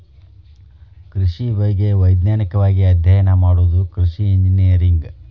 ಕೃಷಿ ಬಗ್ಗೆ ವೈಜ್ಞಾನಿಕವಾಗಿ ಅಧ್ಯಯನ ಮಾಡುದ ಕೃಷಿ ಇಂಜಿನಿಯರಿಂಗ್